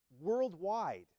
worldwide